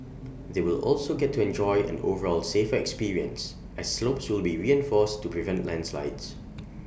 they will also get to enjoy an overall safer experience as slopes will be reinforced to prevent landslides